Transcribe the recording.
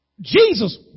Jesus